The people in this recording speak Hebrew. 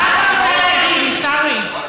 מה אתה רוצה להגיד, עיסאווי?